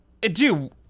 Dude